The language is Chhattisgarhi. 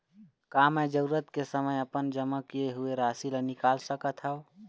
का मैं जरूरत के समय अपन जमा किए हुए राशि ला निकाल सकत हव?